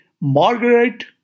Margaret